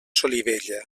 solivella